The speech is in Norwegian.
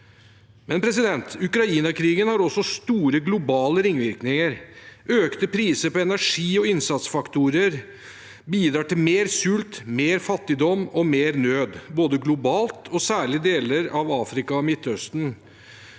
glemme. Ukraina-krigen har også store globale ringvirkninger. Økte priser på energi og innsatsfaktorer bidrar til mer sult, mer fattigdom og mer nød globalt og særlig i deler av Afrika og Midtøsten